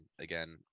again